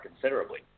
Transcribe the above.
considerably